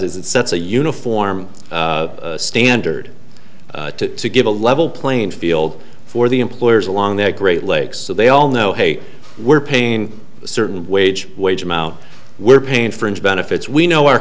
is it sets a uniform standard to give a level playing field for the employers along their great lakes so they all know hey we're paying a certain wage wage amount we're paying for and benefits we know our